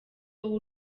wowe